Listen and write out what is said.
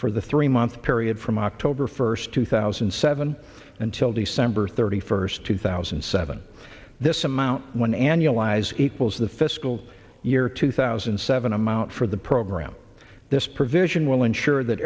for the three month period from october first two thousand and seven until december thirty first two thousand and seven this amount when annualized equals the fiscal year two thousand and seven amount for the program this provision will ensure that